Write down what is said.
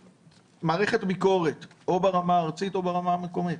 מערכת ביקורת או ברמה הארצית או ברמה המקומית.